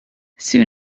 soon